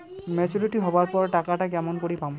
Maturity হবার পর টাকাটা কেমন করি পামু?